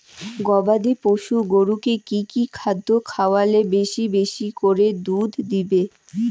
গবাদি পশু গরুকে কী কী খাদ্য খাওয়ালে বেশী বেশী করে দুধ দিবে?